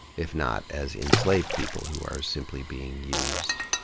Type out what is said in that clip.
if not as enslaved people who are simply being used